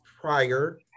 prior